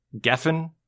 Geffen